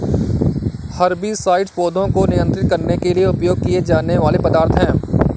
herbicides पौधों को नियंत्रित करने के लिए उपयोग किए जाने वाले पदार्थ हैं